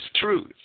truth